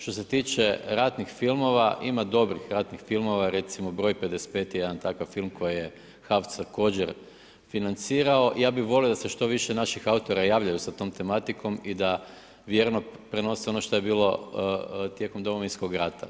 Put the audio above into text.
Što se tiče ratnih filmova, ima dobrih ratnih filmova, recimo broj 55 je jedan takav film koji je HAVC također financirao, ja bi volio da se što više naših autora javljaju sa tom tematikom i da vjerno prenose ono što je bilo tijekom Domovinskog rata.